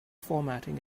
formatting